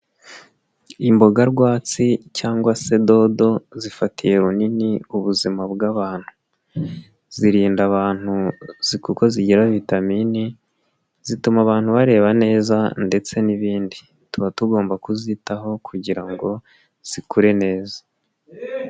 Imboga rwatsi cyangwa se dodo, zifatiye runini ubuzima bw'abantu. Zirinda abantu kuko zigira vitamini, zituma abantu bareba neza ndetse n'ibindi, tuba tugomba kuzitaho kugira ngo zikure neza.